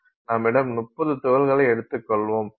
நம்மிடம் 30 துகள்களை எடுத்துக் கொள்வோம்